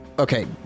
Okay